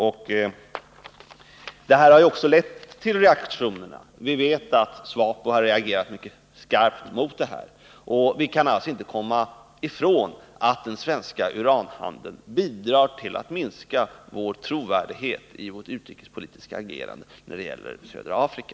Och det har också lett till reaktioner. Vi vet att SWAPO har reagerat mycket starkt, och vi kan alltså inte komma ifrån att den svenska uranhandeln bidrar till att minska vår trovärdighet i vårt utrikespolitiska agerande när det gäller södra Afrika.